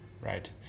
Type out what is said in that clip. Right